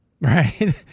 Right